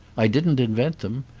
i didn't invent them,